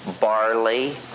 barley